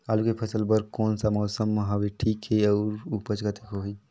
आलू के फसल बर कोन सा मौसम हवे ठीक हे अउर ऊपज कतेक होही?